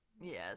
Yes